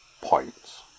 Points